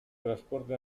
transporte